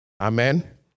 Amen